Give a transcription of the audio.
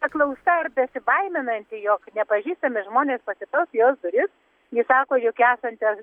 paklausta ar besibaiminanti jog nepažįstami žmonės pasibels į jos duris ji sako jog esante